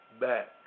back